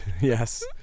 Yes